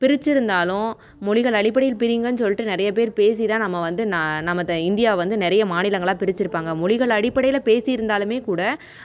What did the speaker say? பிரிச்சுருந்தாலும் மொழிகள் அடிப்படையில் பிரிங்க சொல்லிட்டு நிறையா பேர் பேசிதான் நம்ம வந்து நான் நமது இந்தியாவை வந்து நிறையா மாநிலங்களாக பிரிச்சுருப்பாங்க மொழிகள் அடிப்படையில் பேசிருந்தாலுமே கூட